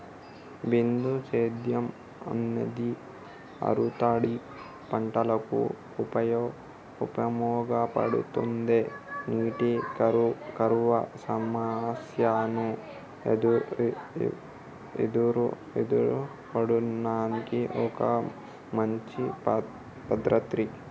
బిందు సేద్యం అనేది ఆరుతడి పంటలకు ఉపయోగపడుతుందా నీటి కరువు సమస్యను ఎదుర్కోవడానికి ఒక మంచి పద్ధతి?